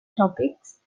tropics